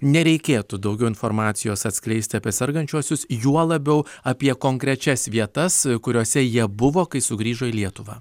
nereikėtų daugiau informacijos atskleist apie sergančiuosius juo labiau apie konkrečias vietas kuriose jie buvo kai sugrįžo į lietuvą